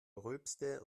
rülpste